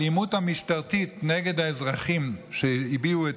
האלימות המשטרתית נגד האזרחים שהביעו את,